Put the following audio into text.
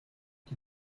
die